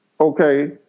Okay